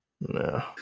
No